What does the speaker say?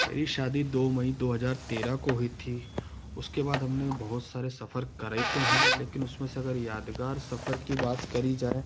मेरी शादी दो मई दो हज़ार तेरह को हुई थी उसके बाद हमने बहुत सारे सफ़र करे तो हैं लेकिन उसमें से अगर यादगार सफ़र की बात करी जाए